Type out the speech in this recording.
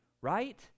right